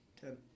Ten